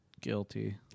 Guilty